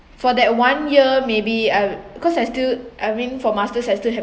for that one year maybe I'l~ because I still I mean for masters I still have